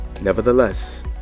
Nevertheless